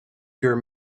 pure